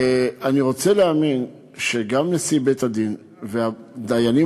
אני רוצה להאמין שגם נשיא בית-הדין ודיינים